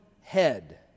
head